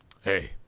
Hey